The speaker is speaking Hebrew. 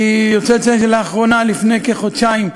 אני רוצה לציין שלאחרונה, לפני כחודשיים,